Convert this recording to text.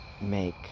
make